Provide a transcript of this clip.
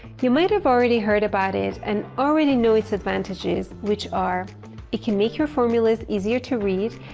you might've already heard about it and already know its advantages, which are it can make your formulas easier to read,